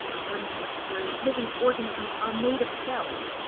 according to this theory, living organisms are made of cells.